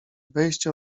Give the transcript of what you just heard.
wejście